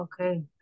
Okay